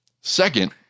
Second